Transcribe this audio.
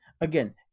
again